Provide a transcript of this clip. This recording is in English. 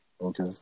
Okay